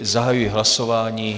Zahajuji hlasování.